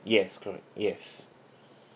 yes correct yes